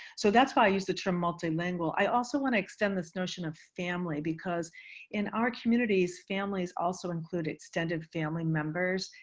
so that's why i use the term multilingual. i also want to extend this notion of family, because in our communities, families also include extended family members,